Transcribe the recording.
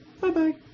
Bye-bye